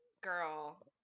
Girl